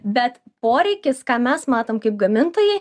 bet poreikis ką mes matom kaip gamintojai